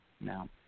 No